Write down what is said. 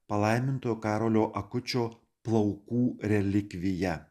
palaimintojo karolio akučio plaukų relikvija